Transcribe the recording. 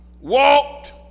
walked